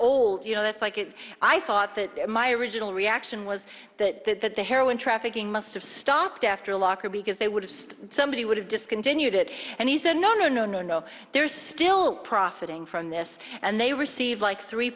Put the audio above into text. old you know that's like it i thought that my original reaction was that the heroin trafficking must have stopped after lockerbie because they would have stopped somebody would have discontinued it and he said no no no no no there's still profiting from this and they receive like three